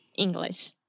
english